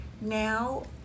now